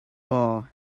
bar